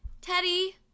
Teddy